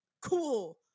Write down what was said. cool